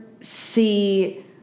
see